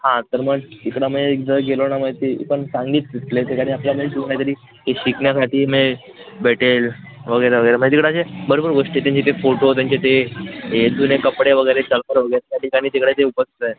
हां तर मग तिकडं मी एकदा गेलो ना मग ती पण चांगली पं प्लेस आहे त्याने आपल्याला तिथूून काही तरी शिकण्यासाठी मिळेल भेटेल वगैरे वगैरे मग तिकडं असे बरोबर गोष्टी आहेत त्यांचे ते फोटो त्यांचे ते हे जुने कपडे वगैरे त्या ठिकाणी तिकडे ते उपस्थित आहेत